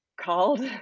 called